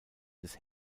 des